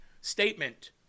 statement